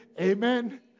Amen